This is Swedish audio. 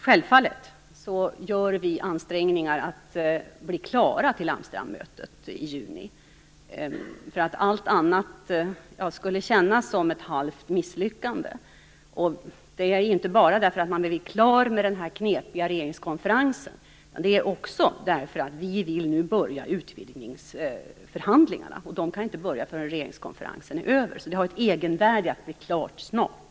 Självfallet gör vi ansträngningar för att bli klara till Amsterdammötet i juni. Allt annat skulle kännas som ett halvt misslyckande. Det är inte bara för att vi vill bli klara med den knepiga regeringskonferensen utan också för att vi nu vill börja utvidgningsförhandlingarna. De kan inte börja förrän regeringskonferensen är över, så det har ett egenvärde att bli klara snart.